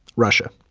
russia,